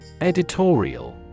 Editorial